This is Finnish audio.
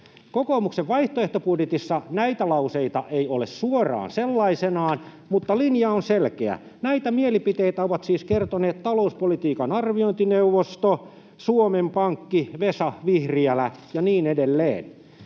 Kokoomuksen vaihtoehtobudjetissa näitä lauseita ei ole suoraan sellaisenaan, mutta linja on selkeä. Näitä mielipiteitä ovat siis kertoneet talouspolitiikan arviointineuvosto, Suomen Pankki, Vesa Vihriälä ja niin edelleen.